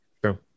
True